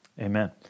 amen